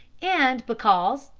and because,